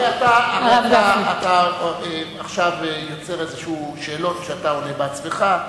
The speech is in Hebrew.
אתה עכשיו מייצר שאלות שאתה עונה עליהן בעצמך,